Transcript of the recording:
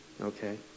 Okay